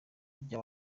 bya